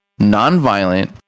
nonviolent